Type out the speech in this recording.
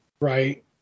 Right